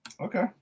Okay